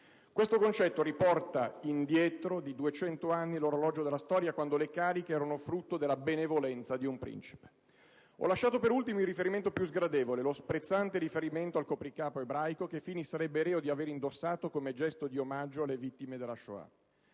Questo concetto riporta indietro di 200 anni l'orologio della storia, quando le cariche erano frutto della benevolenza di un principe. Ho lasciato per ultimo il riferimento più sgradevole, lo sprezzante richiamo al copricapo ebraico che Fini sarebbe reo di aver indossato come gesto di omaggio alle vittime della Shoah.